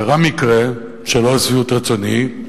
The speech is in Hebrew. קרה מקרה, שלא לשביעות רצוני,